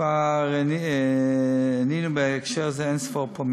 כבר ענינו בהקשר הזה פעמים אין-ספור.